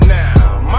now